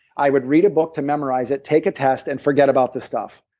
i would read a book to memorize it, take a test and forget about the stuff.